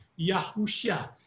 Yahusha